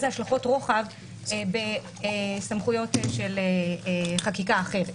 זה השלכות רוחב בסמכויות של חקיקה אחרת.